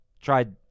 tried